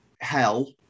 hell